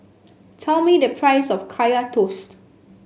tell me the price of Kaya Toast